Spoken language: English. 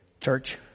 church